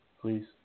please